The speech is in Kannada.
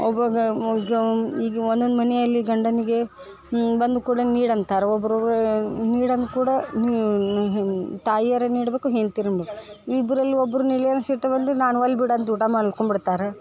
ಈಗ ಒಂದೊಂದು ಮನೆಯಲ್ಲಿ ಗಂಡನಿಗೆ ಬಂದ ಕೂಡಲೇ ನೀಡು ಅಂತಾರೆ ಒಬ್ರು ಒಬ್ರು ನೀಡು ಅಂದು ಕೂಡ ತಾಯಿಯಾದ್ರು ನೀಡ್ಬೇಕು ಹೆಂಡತಿ ಇಬ್ರಲ್ಲಿ ಒಬ್ರು ನೀಡಲಿಲ್ಲ ಅಂದು ಸಿಟ್ ಬಂದು ನಾನು ವಲ್ಲೆ ಬಿಡು ಅಂದು ಮಲ್ಕೊಂಬಿಡ್ತಾರೆ